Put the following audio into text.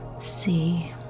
see